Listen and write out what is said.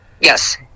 Yes